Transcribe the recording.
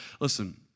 Listen